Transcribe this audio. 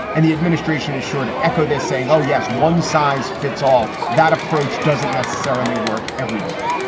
and the administration is sure to echo this, saying, oh, yes, one size fits all. that approach doesn't necessarily work everywhere.